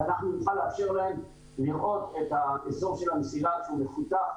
ואנחנו נוכל לאפשר להם לראות את האזור של המסילה כשהוא מפותח,